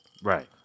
Right